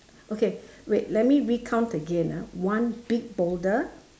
okay wait let me recount again ah one big boulder